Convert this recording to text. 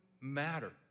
matter